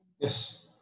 Yes